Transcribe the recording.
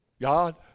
God